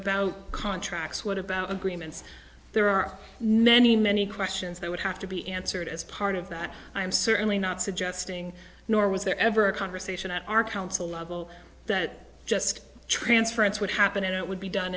about contracts what about agreements there are many many questions that would have to be answered as part of that i'm certainly not suggesting nor was there ever a conversation at our council level that just transference would happen it would be done